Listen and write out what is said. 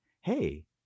hey